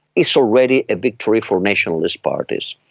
is already a victory for nationalist parties.